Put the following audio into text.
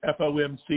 FOMC